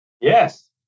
Yes